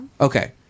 Okay